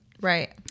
right